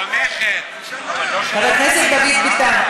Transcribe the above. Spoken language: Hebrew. חבר הכנסת דוד ביטן,